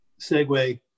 segue